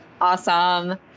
Awesome